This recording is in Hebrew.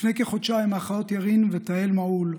לפני כחודשיים האחיות ירין ותהל מעול,